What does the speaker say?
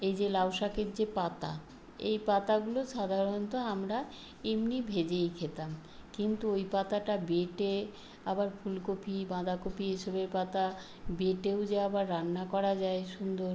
এই যে লাউ শাকের যে পাতা এই পাতাগুলো সাধারণত আমরা এমনি ভেজেই খেতাম কিন্তু ওই পাতাটা বেটে আবার ফুলকপি বাঁধাকপি এ সবের পাতা বেটেও যে আবার রান্না করা যায় সুন্দর